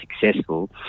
successful